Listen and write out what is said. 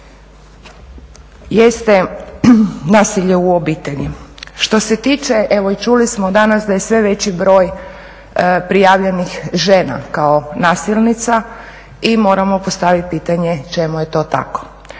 jeste nasilje u obitelji. Što se tiče, evo i čuli smo danas da je sve veći broj prijavljenih žena kao nasilnica i moramo postaviti pitanje čemu je to tako,